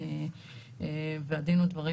והדין ודברים,